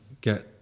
get